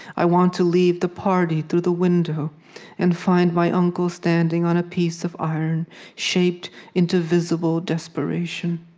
i want to leave the party through the window and find my uncle standing on a piece of iron shaped into visible desperation,